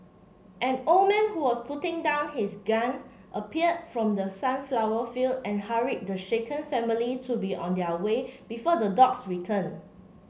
an old man who was putting down his gun appeared from the sunflower field and hurried the shaken family to be on their way before the dogs return